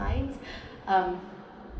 mind um